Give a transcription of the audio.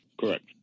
Correct